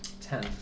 Ten